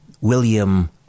William